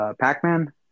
Pac-Man